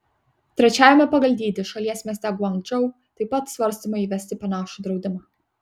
trečiajame pagal dydį šalies mieste guangdžou taip pat svarstoma įvesti panašų draudimą